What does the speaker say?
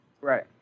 Right